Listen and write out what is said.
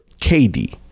KD